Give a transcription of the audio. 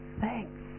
thanks